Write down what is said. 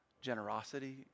generosity